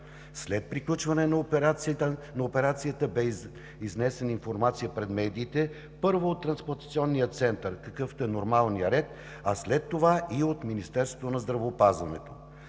След приключване на операцията бе изнесена информация пред медиите, първо, от трансплантационния център, какъвто е нормалният ред, а след това и от Министерството на здравеопазването.